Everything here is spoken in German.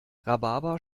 rhabarber